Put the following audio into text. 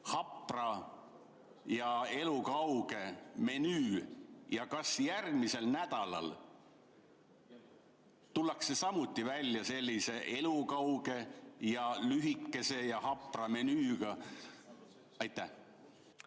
hapra ja elukauge menüü? Kas järgmisel nädalal tullakse samuti välja sellise elukauge, lühikese ja hapra menüüga? Teil